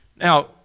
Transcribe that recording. Now